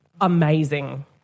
amazing